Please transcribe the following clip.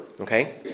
okay